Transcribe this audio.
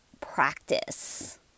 practice